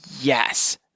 Yes